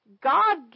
God